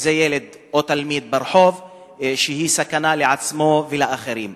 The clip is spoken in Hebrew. זה ילד או תלמיד ברחוב שהוא סכנה לעצמו ולאחרים.